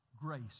grace